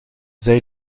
zij